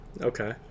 Okay